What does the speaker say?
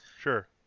sure